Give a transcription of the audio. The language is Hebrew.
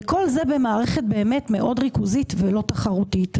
וכל זה במערכת באמת מאוד ריכוזית ולא תחרותית.